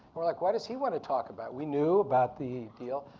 we're like, what does he wanna talk about? we knew about the deal.